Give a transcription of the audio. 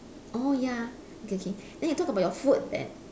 oh ya okay okay okay then we talk about your food then